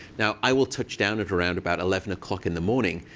now, i will touch down at around about eleven o'clock in the morning.